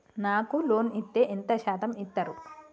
నాకు లోన్ ఇత్తే ఎంత శాతం ఇత్తరు?